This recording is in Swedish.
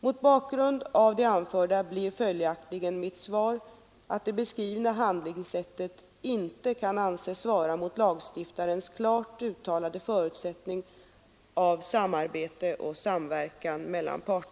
Mot bakgrund av det anförda blir följaktligen mitt svar att det beskrivna handlingssättet inte kan anses svara mot lagstiftarens klart